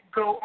go